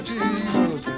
Jesus